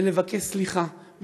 בלבקש סליחה,